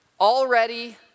Already